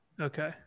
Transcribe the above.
okay